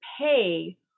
pay